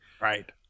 Right